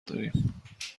داریم